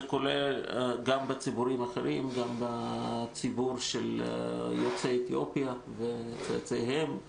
זה כולל גם ציבורים אחרים יוצאי אתיופיה וצאצאיהם,